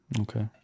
okay